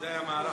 זה היה מהלך,